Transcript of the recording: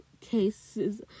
cases